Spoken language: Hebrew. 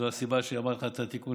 זו הסיבה שאמרתי לך על התיקון,